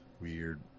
weird